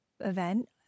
event